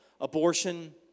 abortion